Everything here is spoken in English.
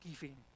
Giving